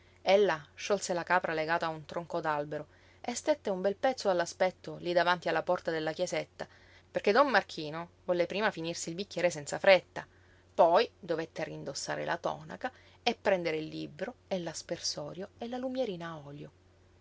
convegno ella sciolse la capra legata a un tronco d'albero e stette un bel pezzo all'aspetto lí davanti alla porta della chiesetta perché don marchino volle prima finirsi il bicchiere senza fretta poi dovette rindossare la tonaca e prendere il libro e l'aspersorio e la lumierina a olio